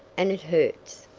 and it hurts.